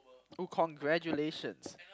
!oo! congratulations